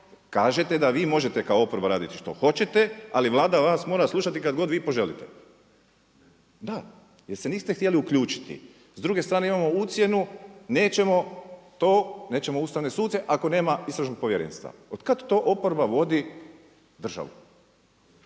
kažete da vi možete kao oporba raditi što hoćete, ali Vlada vas mora slušati kada god vi poželite. Da, jer se niste htjeli uključiti. S druge strane imamo ucjenu nećemo to nećemo ustavne suce ako nema istražnog povjerenstva. Od kada to oporba vodi državu?